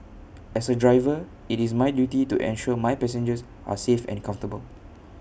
as A driver IT is my duty to ensure my passengers are safe and comfortable